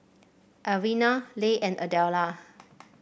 Elvina Leigh and Adella